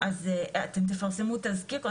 אז אתם תפרסמו תזכיר?